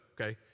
Okay